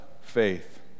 faith